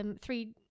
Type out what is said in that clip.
three